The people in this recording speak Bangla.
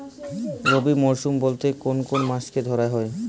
রবি মরশুম বলতে কোন কোন মাসকে ধরা হয়?